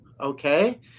okay